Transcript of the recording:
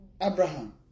Abraham